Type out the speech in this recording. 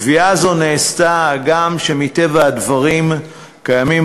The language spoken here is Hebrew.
קביעה זו נעשתה הגם שמטבע הדברים קיימים